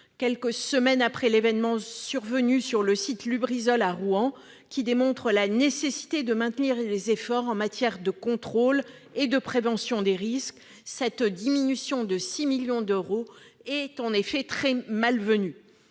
Quelques semaines après l'événement survenu sur le site Lubrizol à Rouen, qui démontre la nécessité de maintenir les efforts en matière de contrôle et de prévention des risques, cette diminution de 6 millions d'euros est très mal venue.